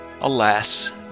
Alas